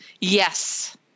Yes